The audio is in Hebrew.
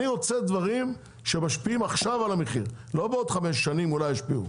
אני רוצה דברים שמשפיעים עכשיו על המחיר לא בעוד חמש שנים אולי ישפיעו.